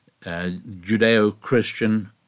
Judeo-Christian